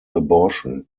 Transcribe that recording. abortion